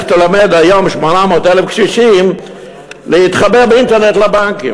לך תלמד היום 800,000 קשישים להתחבר באינטרנט לבנקים.